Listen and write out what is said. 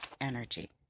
energy